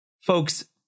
folks